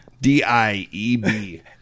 d-i-e-b